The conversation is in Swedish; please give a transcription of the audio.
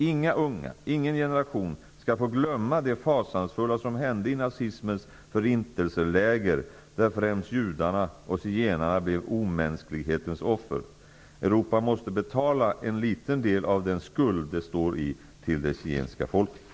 Inga unga, ingen generation skall få glömma det fasansfulla som hände i nazismens förintelseläger där främst judarna och zigenarna blev omänsklighetens offer. Europa måste betala en liten del av den skuld det står i till det zigenska folket.